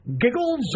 giggles